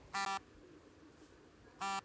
Loan ತೆಗೆಯಲು ಯಾವ documents ಅನ್ನು ತರಬೇಕು?